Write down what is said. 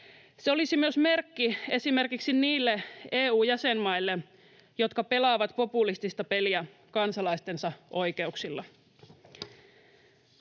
Se olisi myös merkki esimerkiksi niille EU:n jäsenmaille, jotka pelaavat populistista peliä kansalaistensa oikeuksilla.